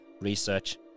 research